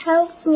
Help